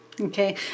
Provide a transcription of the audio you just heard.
Okay